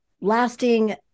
lasting